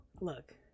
look